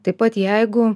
taip pat jeigu